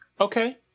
Okay